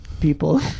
people